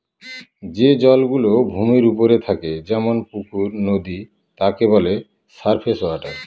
যে জল গুলো ভূমির ওপরে থাকে যেমন পুকুর, নদী তাকে বলে সারফেস ওয়াটার